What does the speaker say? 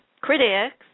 critics